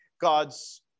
God's